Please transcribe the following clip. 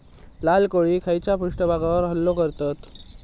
लाल कोळी खैच्या पृष्ठभागावर हल्लो करतत?